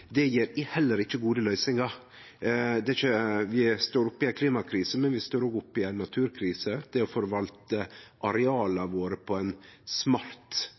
Det gjev heller ikkje gode løysingar. Vi står oppe i ei klimakrise, men vi står òg oppe i ei naturkrise. Det å forvalte areala våre på ein smart